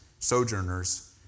sojourners